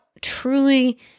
truly